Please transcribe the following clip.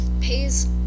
pays